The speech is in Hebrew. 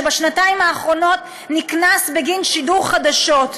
שבשנתיים האחרונות נקנס בגין שידור חדשות.